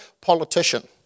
politician